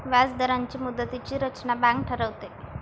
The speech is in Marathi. व्याजदरांची मुदतीची रचना बँक ठरवते